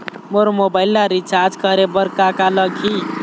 मोर mobile ला recharge करे बर का का लगही?